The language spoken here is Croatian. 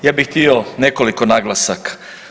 Ja bih htio nekoliko naglasaka.